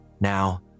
Now